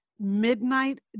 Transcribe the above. Midnight